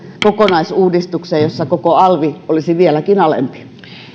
kokonaisuudistukseen jossa koko alvi olisi vieläkin alempi